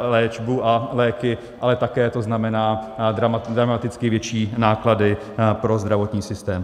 léčbu a léky, ale také to znamená dramaticky větší náklady pro zdravotní systém.